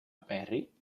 perry